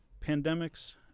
Pandemics